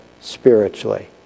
spiritually